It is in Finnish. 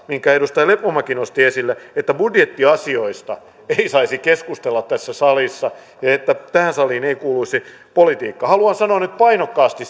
minkä edustaja lepomäki nosti esille että budjettiasioista ei saisi keskustella tässä salissa ja että tähän saliin ei kuuluisi politiikka haluan sanoa nyt painokkaasti